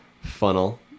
funnel